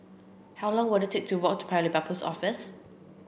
how long will it take to walk to Paya Lebar Post Office